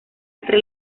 entre